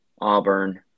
Auburn